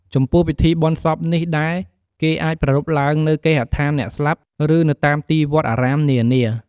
ចំពោះពិធីបុណ្យសពនេះដែរគេអាចប្រារព្ធឡើងនៅ គេហដ្ឋានអ្នកស្លាប់ ឬនៅតាមទីវត្តអារាមនានា។